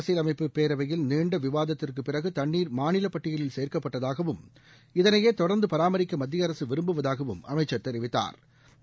அரசியல் அமைப்பு பேரவையில் நீண்ட விவாததிற்கு பிறகு தண்ணீர் மாநில பட்டியலில் சேர்க்கப்பட்டதாகவும் இதனையே தொடர்ந்து பராமரிக்க மத்திய அரசு விரும்புவதாகவும் அமைச்சர் தெரிவித்தாா்